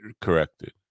corrected